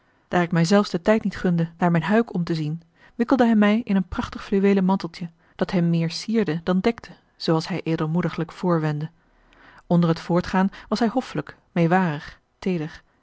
daar ik mij zelfs den tijd niet gunde naar mijne huik om te zien wikkelde hij mij in een prachtig fluweelen manteltje dat hem meer sierde dan dekte zooals hij edelmoediglijk voorwendde onder het voortgaan was hij hoffelijk meêwarig